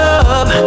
up